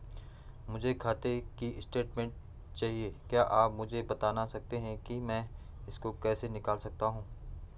मुझे खाते की स्टेटमेंट चाहिए क्या आप मुझे बताना सकते हैं कि मैं इसको कैसे निकाल सकता हूँ?